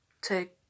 take